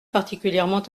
particulièrement